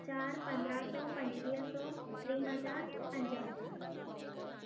हज़ार पंदरहां सौ पंजवीह सौ टीह हज़ार पंज हज़ार